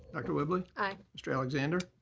dr. whibley. aye. mr. alexander.